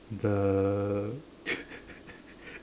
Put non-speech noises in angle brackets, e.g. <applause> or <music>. the <laughs>